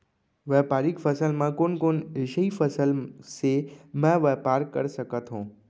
व्यापारिक फसल म कोन कोन एसई फसल से मैं व्यापार कर सकत हो?